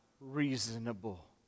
reasonable